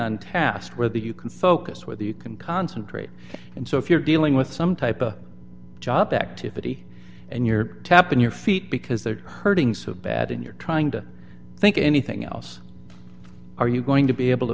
on past where the you can focus where the you can concentrate and so if you're dealing with some type of job that tippity and you're tapping your feet because they're hurting so bad in your trying to think anything else are you going to be able to